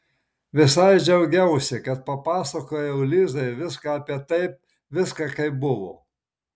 visai džiaugiausi kad papasakojau lizai viską apie taip viską kaip buvo